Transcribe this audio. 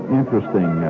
interesting